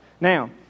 Now